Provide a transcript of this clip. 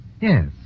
Yes